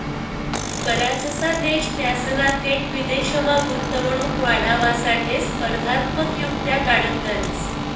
बराचसा देश त्यासना थेट विदेशमा गुंतवणूक वाढावासाठे स्पर्धात्मक युक्त्या काढतंस